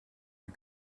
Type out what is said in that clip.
you